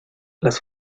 las